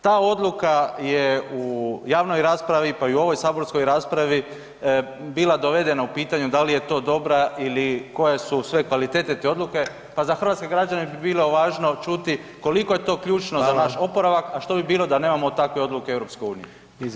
Ta odluka je u javnoj raspravi, pa i u ovoj saborskoj raspravi bila dovedena u pitanje, da li je to dobra ili koje su sve kvalitete te odluke, pa za hrvatske građane bi bilo važno čuti koliko je to ključno za naš oporavak [[Upadica: Hvala.]] a što bi bilo da nemamo takve odluke EU?